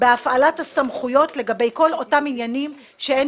בהפעלת הסמכויות לגבי כל אותם עניינים שאין